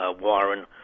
Warren